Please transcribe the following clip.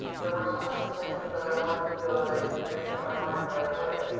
there were so many places that i wanted to go that i couldn't make up my mind right away.